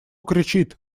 кричит